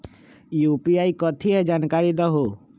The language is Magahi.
यू.पी.आई कथी है? जानकारी दहु